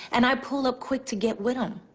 and i pull up quick to get wit em.